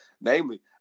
Namely